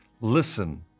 listen